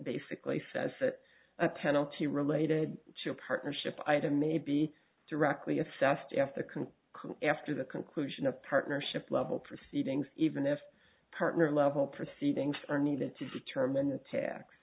basically says that a penalty related to a partnership item may be directly assessed after can after the conclusion of partnership level proceedings even if partner level proceedings are needed to determine the tax